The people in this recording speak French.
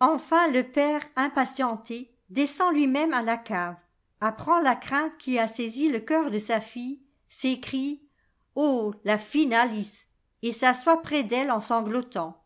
enfin le père impatienté descend lui-même à la cave apprend la crainte qui a saisi le cœur de sa fille s'écrie oh la fine alice et s'assoit près d'elle en sanglotant